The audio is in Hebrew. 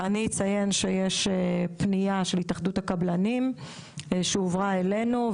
אני אציין שיש פניה של התאחדות הקבלנים שהועברה אלינו,